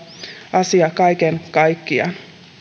asia kaiken kaikkiaan